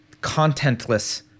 contentless